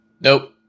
Nope